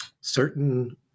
certain